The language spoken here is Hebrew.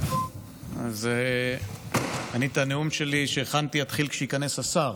אז את הנאום שהכנתי אני אתחיל כשייכנס השר.